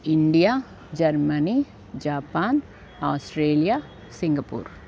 India Germany Japan Australia Singapore